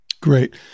Great